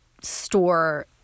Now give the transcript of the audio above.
store